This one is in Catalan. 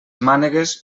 mànegues